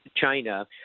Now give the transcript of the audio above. China